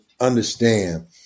understand